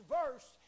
verse